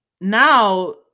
Now